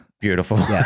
Beautiful